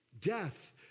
death